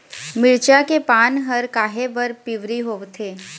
मिरचा के पान हर काहे बर पिवरी होवथे?